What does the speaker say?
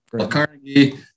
Carnegie